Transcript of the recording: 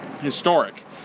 Historic